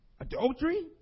Adultery